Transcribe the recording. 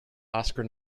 oscar